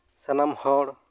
ᱥᱟᱱᱟᱢ ᱦᱚᱲ